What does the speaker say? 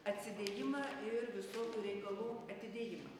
atsidėjimą ir visokių reikalų atidėjimą